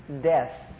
death